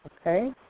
okay